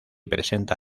presenta